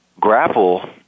grapple